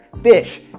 fish